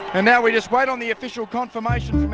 and now we just wait on the official confirmation.